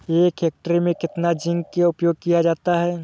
एक हेक्टेयर में कितना जिंक का उपयोग किया जाता है?